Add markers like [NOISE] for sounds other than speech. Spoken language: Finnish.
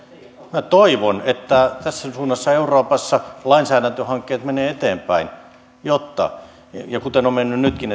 minä toivon että tässä suunnassa euroopassa lainsäädäntöhankkeet menevät eteenpäin kuten ovat menneet nytkin [UNINTELLIGIBLE]